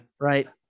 right